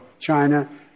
China